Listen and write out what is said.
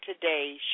today